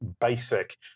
basic